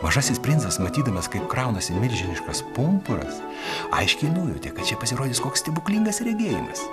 mažasis princas matydamas kaip kraunasi milžiniškas pumpuras aiškiai nujautė kad čia pasirodys koks stebuklingas regėjimas